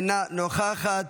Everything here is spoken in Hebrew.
אינה נוכחת,